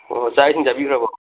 ꯑꯣ ꯆꯥꯛ ꯏꯁꯤꯡ ꯆꯥꯕꯤꯔꯕꯣ